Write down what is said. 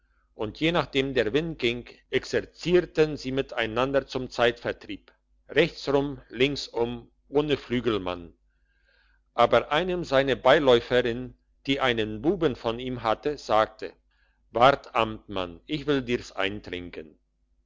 und je nachdem der wind ging exerzierten sie miteinander zum zeitvertreib rechtsum links um ohne flügelmann aber einem seine beiläuferin die einen buben von ihm hatte sagte wart amtmann ich will dir's eintränken